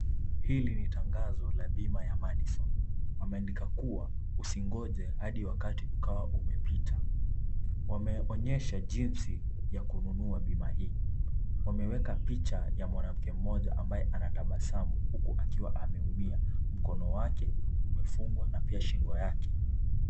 Hili ni tangazo la bima ya Madison, wameandika kuwa usingoje hadi wakati ukawa umepita, wameonyesha jinsi ya kununua bima hii, wameweka picha ya mwanamke mmoja ambaye anatabasamu huku akiwa ameumia mkono wake umefungwa na pia shingo yake.